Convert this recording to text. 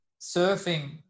surfing